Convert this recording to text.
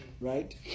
right